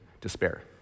despair